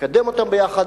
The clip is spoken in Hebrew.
לקדם אותן ביחד.